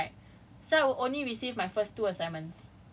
thirty five thirty five then the last one is fifty per cent right